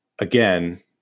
Again